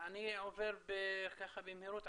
אני עובר במהירות,